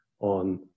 on